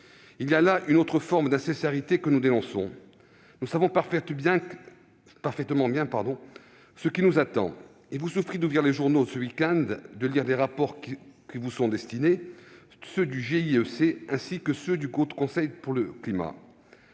Il y a là une autre forme d'insincérité que nous dénonçons. Nous savons parfaitement bien ce qui nous attend. Il vous suffit d'ouvrir les journaux de ce week-end, de lire les rapports qui vous sont destinés, à savoir ceux du GIEC et du Haut Conseil pour le climat.